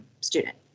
student